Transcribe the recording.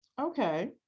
Okay